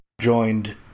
joined